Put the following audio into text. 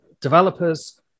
developers